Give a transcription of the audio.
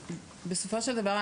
בסופו של דבר,